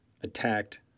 attacked